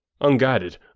Unguided